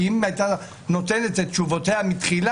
כי אם הייתה נותנת את התשובות מההתחלה